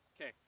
Okay